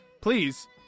please